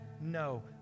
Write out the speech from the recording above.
no